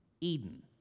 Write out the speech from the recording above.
Eden